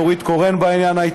גם נורית קורן הייתה בעניין.